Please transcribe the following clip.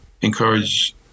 encourage